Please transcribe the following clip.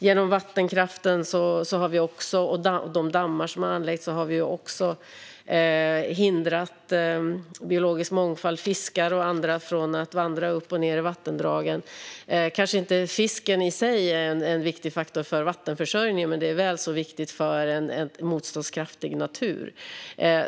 Genom vattenkraften och de dammar som har anlagts har vi också hindrat biologisk mångfald, såsom fiskar och annat, att vandra upp och ned längs vattendragen. Fisken i sig kanske inte är en viktig faktor för vattenförsörjningen, men den är väl så viktig för en motståndskraftig natur.